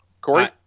Corey